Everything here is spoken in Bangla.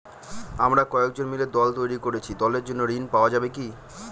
আমরা কয়েকজন মিলে দল তৈরি করেছি দলের জন্য ঋণ পাওয়া যাবে কি?